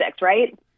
right